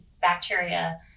bacteria